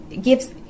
gives